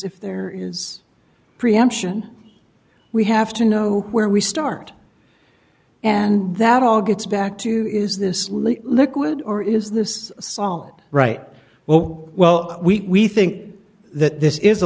if there is preemption we have to know where we start and that all gets back to is this really liquid or is this solid right well well we think that this is a